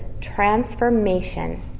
transformation